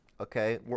okay